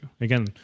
Again